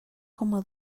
coma